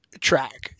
track